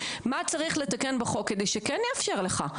מה צריך לחוקק בחוק כדי שכן יאפשר לך.